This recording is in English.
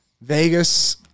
Vegas